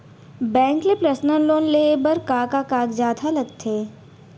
Bank ले personal loan लेये बर का का कागजात ह लगथे?